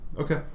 okay